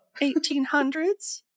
1800s